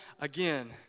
again